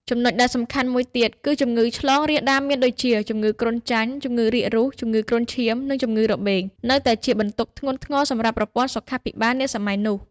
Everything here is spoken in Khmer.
ចំណុចដែលសំខាន់មួយទៀត គឺជំងឺឆ្លងរាលដាលមានដូចជា ជំងឺគ្រុនចាញ់ ជំងឺរាករូស ជំងឺគ្រុនឈាម និងជំងឺរបេងនៅតែជាបន្ទុកធ្ងន់ធ្ងរសម្រាប់ប្រព័ន្ធសុខាភិបាលនាសម័យនោះ។